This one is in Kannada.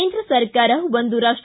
ಕೇಂದ್ರ ಸರ್ಕಾರ ಒಂದು ರಾಷ್ಟ